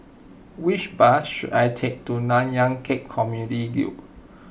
which bus should I take to Nanyang Khek Community Guild